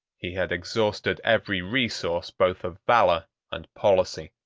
he had exhausted every resource both of valor and policy.